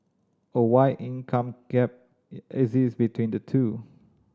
a wide income gap exists between the two